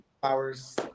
flowers